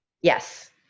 Yes